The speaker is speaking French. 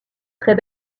très